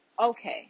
okay